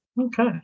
Okay